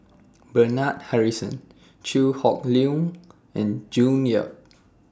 Bernard Harrison Chew Hock Leong and June Yap